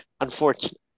unfortunately